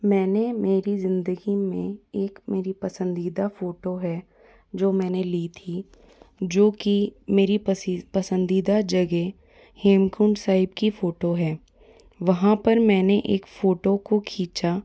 मैंने मेरी ज़िन्दगी में एक मेरी पसंदीदा फोटो है जो मैंने ली थी जो कि मेरी पसि पसंदीदा जगह हेमकुंड साहिब की फोटो है वहाँ पर मैंने एक फोटो को खींचा